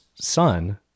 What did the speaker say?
son